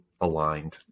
aligned